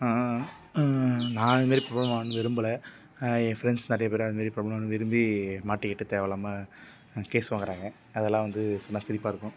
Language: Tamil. நான் இதுமாதிரி பிரபலம் ஆகறதுக்கு விரும்பலை என் ஃபிரண்ட்ஸ் நிறைய பேர் அதுமாதிரி பிரபலம் ஆகணும் விரும்பி மாட்டிக்கிட்டு தேவை இல்லாமல் கேஸ் வாங்குகிறாங்க அதெல்லாம் வந்து சொன்னால் சிரிப்பாக இருக்கும்